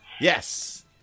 Yes